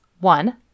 One